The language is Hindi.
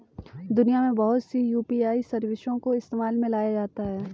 दुनिया में बहुत सी यू.पी.आई सर्विसों को इस्तेमाल में लाया जाता है